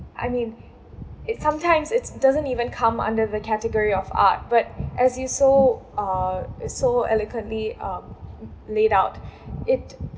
I mean it's sometimes it's doesn't even come under the category of art but as it's so uh is so eloquently um laid out it